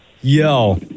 Yo